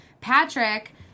Patrick